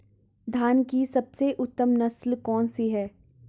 धान की सबसे उत्तम नस्ल कौन सी है?